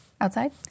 outside